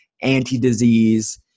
anti-disease